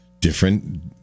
different